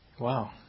wow